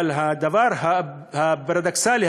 אבל הדבר הפרדוקסלי,